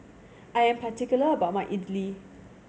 I am particular about my idly